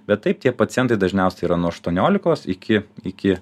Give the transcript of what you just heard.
bet taip tie pacientai dažniausiai yra nuo aštuoniolikos iki iki